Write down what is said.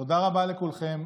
תודה רבה לכולכם.